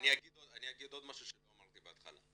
אגיד עוד משהו שלא אמרתי בהתחלה.